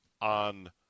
on